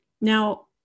Now